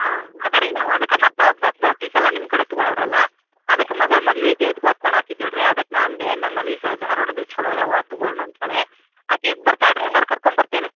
ಹಾಂ ಅದು ರೀ ನಾವು ಅದಕ್ಕೆ ಮತ್ತು ನಾವು ಪ್ರತಿಸಲ ನಿಮ್ಮ ಕಡೆ ತಗೋಳೋವ್ರಲ್ಲ ಅದಕ್ಕೆ ಮಗಳ ಮದುವೆ ಐತೆ ಇದು ಗೊತ್ತು ಮಾಡಾದ್ದೇಳಿ ರಿ ಅದಕ್ಕೆ ನಾನು ಅಂದೆ ನಮ್ಮಲ್ಲಿ ಇಲ್ಲ ಧಾರ್ವಾಡ್ದಲ್ಲಿ ಚಲೋ ಅದವೆ ಅದು ತೊಗೊಳ್ಳೋಣ ಅಂತ ಹೇಳಿ ಆಕೆ ಬರ್ತಾಳೆ ರೀ ಹಂಗಾರೆ ಕರ್ಕೊಂಬರ್ತೇನೆ